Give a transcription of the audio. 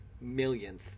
millionth